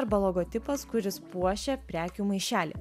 arba logotipas kuris puošia prekių maišelį